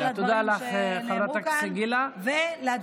אני באמת רוצה לשאול, כבוד היושב-ראש, כן.